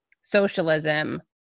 socialism